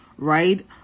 right